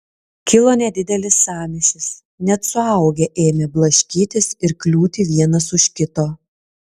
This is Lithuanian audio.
kilo nedidelis sąmyšis net suaugę ėmė blaškytis ir kliūti vienas už kito